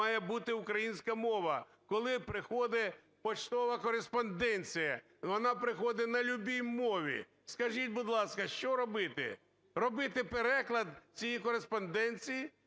має бути українська мова? Коли приходить поштова кореспонденція, вона приходить на любій мові. Скажіть, будь ласка, що робити? Робити переклад цієї кореспонденції